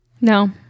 No